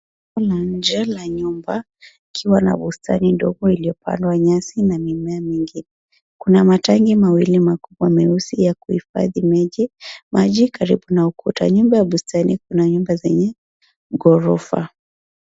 Eneo la nje ya nyumba ikiwa na bustani ndogo iliyopandwa nyasi na mimea mingine. Kuna matanki mawili meusi ya kuhifadhi maji karibu na ukuta, nyuma ya bustani kuna nyumba zenye ghorofa.